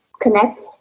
connect